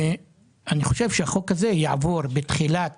אני חושב שהחוק הזה יעבור בתחילת